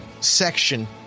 section